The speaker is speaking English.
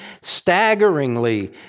staggeringly